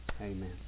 Amen